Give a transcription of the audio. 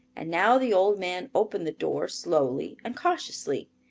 and now the old man opened the door slowly and cautiously.